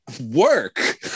work